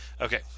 Okay